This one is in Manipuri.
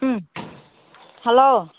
ꯎꯝ ꯍꯜꯂꯣ